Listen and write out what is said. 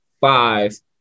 five